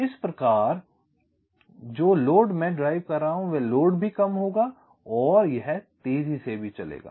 इस प्रकार जो लोड मैं ड्राइव कर रहा हूँ वह लोड भी काम होगा और यह तेज़ी से भी चलेगा